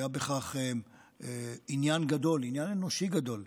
היה בכך עניין גדול, עניין אנושי גדול.